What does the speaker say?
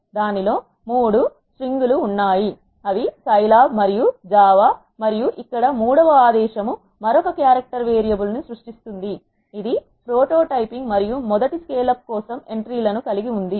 దానిలో మూడు 3 స్ట్రింగ్స్ ఉన్నాయి అవి సైలాబ్ మరియు జావ మరియు ఇక్కడ మూడవ ఆదేశం మరొక క్యారెక్టర్ వేరియబుల్ ను సృష్టిస్తుంది ఇది ప్రొటోటైపింగ్ మరియు మొదటి స్కేల్ అప్ కోసం ఎంట్రీ లను కలిగి ఉంది